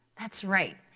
that's right.